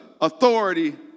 authority